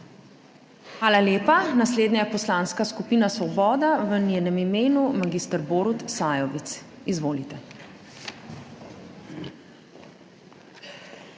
Hvala lepa. Naslednja Poslanska skupina Svoboda, v njenem imenu magister Borut Sajovic. Izvolite.